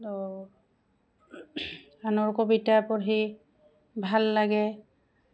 আনৰ কবিতা পঢ়ি ভাল লাগে